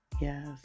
Yes